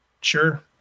Sure